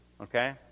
Okay